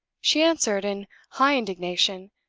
she answered, in high indignation,